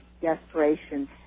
desperation